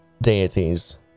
deities